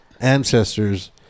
ancestors